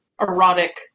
erotic